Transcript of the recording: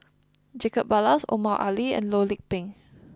Jacob Ballas Omar Ali and Loh Lik Peng